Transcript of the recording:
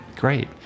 Great